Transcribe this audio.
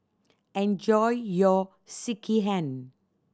enjoy your Sekihan